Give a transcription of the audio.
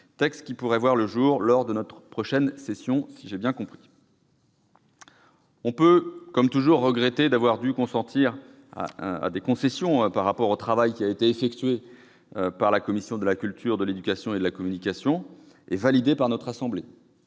et qui pourrait être examiné lors de notre prochaine session. On peut, comme toujours, regretter d'avoir dû consentir des concessions par rapport au travail qui a été effectué par la commission de la culture, de l'éducation et de la communication, et validé par notre assemblée.